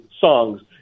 songs